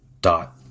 dot